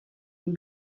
will